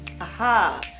Aha